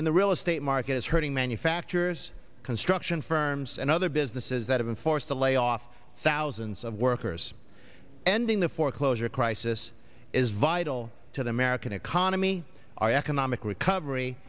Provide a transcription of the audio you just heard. in the real estate market is hurting manufacturers construction firms and other businesses that have been forced to lay off thousands of workers ending the foreclosure crisis is vital to the american economy our economic recovery